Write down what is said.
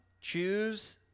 Choose